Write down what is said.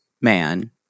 man